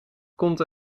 komt